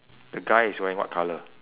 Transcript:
the guy is wearing what colour